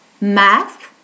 Math